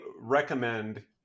recommend